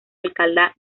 alcalá